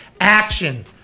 action